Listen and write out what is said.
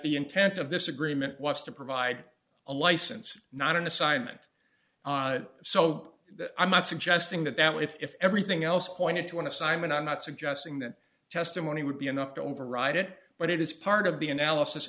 the intent of this agreement was to provide a license not an assignment so i'm not suggesting that that if everything else pointed to an assignment i'm not suggesting that testimony would be enough to override it but it is part of the analysis